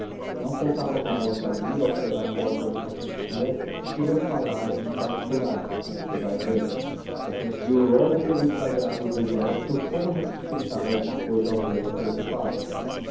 não contava com a moca ali ao pé da porta da sacristia e queria falar-me em particular como se vai ver compreendi o logo pelo desagrado do gesto como já suspeitara alguma cousa ao vê-la preocupada